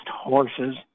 horses